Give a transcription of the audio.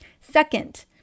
Second